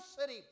city